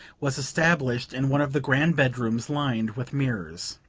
was established in one of the grand bedrooms lined with mirrors.